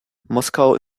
moskau